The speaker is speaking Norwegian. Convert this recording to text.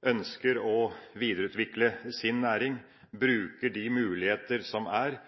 ønsker sjølsagt å videreutvikle sin næring, og bruker de muligheter som er,